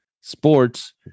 sports